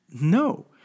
No